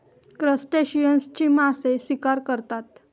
क्रस्टेशियन्सची मासे शिकार करतात